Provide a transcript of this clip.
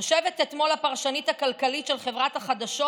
יושבת אתמול הפרשנית הכלכלית של חברת החדשות